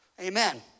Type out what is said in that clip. Amen